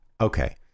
okay